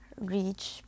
reach